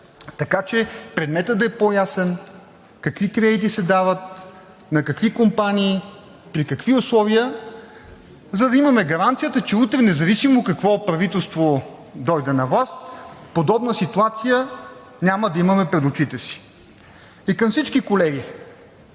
така че предметът да е по-ясен – какви кредити се дават, на какви компании, при какви условия, за да имаме гаранцията, че независимо какво правителство дойде на власт утре подобна ситуация няма да имаме пред очите си. И към всички колеги